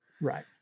Right